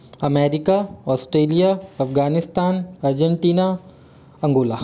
America Australia Afghanistan Argentina Angola